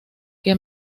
que